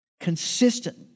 Consistent